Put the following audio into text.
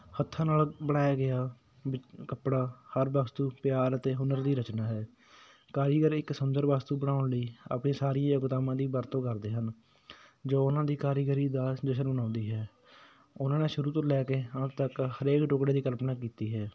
ਹੱਥਾਂ ਨਾਲ ਬਣਾਇਆ ਗਿਆ ਕੱਪੜਾ ਹਰ ਵਕਤ ਪਿਆਰ ਅਤੇ ਹੁਨਰ ਦੀ ਰਚਨਾ ਹੈ ਕਾਰੀਗਰ ਇੱਕ ਸੁੰਦਰ ਵਸਤੂ ਬਣਾਉਣ ਲਈ ਆਪਣੀ ਸਾਰੀ ਏ ਬਦਾਮਾ ਦੀ ਵਰਤੋਂ ਕਰਦੇ ਹਨ ਜੋ ਉਹਨਾਂ ਦੀ ਕਾਰੀਗਰੀ ਦਾ ਜਸ਼ਨ ਮਨਾਉਂਦੀ ਹੈ ਉਹਨਾਂ ਨੇ ਸ਼ੁਰੂ ਤੋਂ ਲੈ ਕੇ ਅੰਤ ਤੱਕ ਹਰੇਕ ਟੁਕੜੇ ਦੀ ਕਲਪਨਾ ਕੀਤੀ ਹੈ